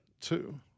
Two